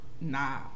Nah